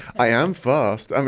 i am fast. um